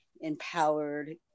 empowered